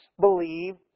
believe